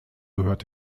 gehört